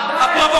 הפרובוקטור,